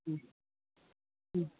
ꯎꯝ ꯎꯝ